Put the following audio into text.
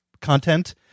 content